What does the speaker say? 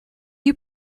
you